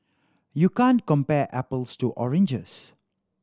you can't compare apples to oranges